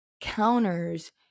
counters